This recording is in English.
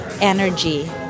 energy